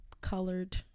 colored